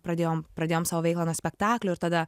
pradėjom pradėjom savo veiklą nuo spektaklių ir tada